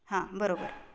हां बरोबर